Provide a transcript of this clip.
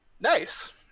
Nice